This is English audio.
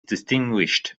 distinguished